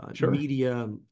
media